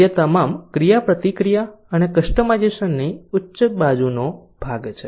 તેથી આ તમામ ક્રિયાપ્રતિક્રિયા અને કસ્ટમાઇઝેશનની ઉચ્ચ બાજુનો ભાગ છે